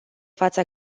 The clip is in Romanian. fața